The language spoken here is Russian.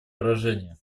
поражение